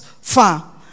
far